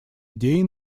идеи